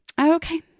okay